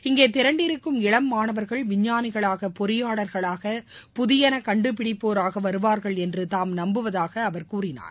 இங்கே திரண்டிருக்கும் இளம் மாணவர்கள் விஞ்ஞானிகளாக பொறியாளர்களாக புதியன கண்டுபிடிப்போராக வருவார்கள் என்று தாம் நம்புவதாகவும் திரு மோடி கூறினார்